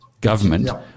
government